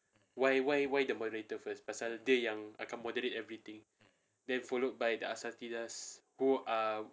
why why why the moderator first pasal dia yang akan moderate everything then followed by the asatizah who are